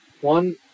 one